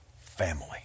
family